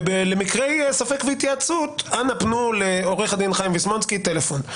ולמקרי ספק והתייעצות אנא פנו לעו"ד חיים ויסמונסקי וטלפון.